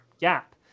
gap